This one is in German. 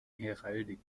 heraldik